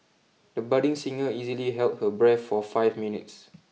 the budding singer easily held her breath for five minutes